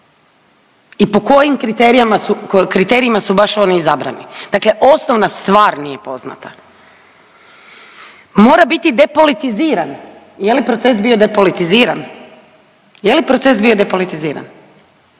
su, kriterijima su baš oni izabrani. Dakle, osnovna stvar nije poznata. Mora biti depolitiziran. Je li proces bio depolitiziran? Je li proces bio depolitiziran?